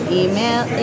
email